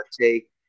take